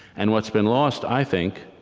and what's been lost, i think,